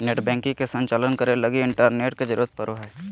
net banking के संचालन करे लगी इंटरनेट के जरुरत पड़ो हइ